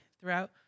throughout